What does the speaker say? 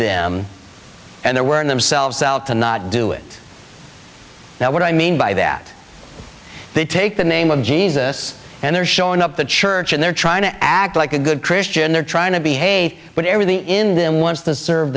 them and they were in themselves out to not do it now what i mean by that they take the name of jesus and they're showing up the church and they're trying to act like a good christian they're trying to behave but everything in them once that serve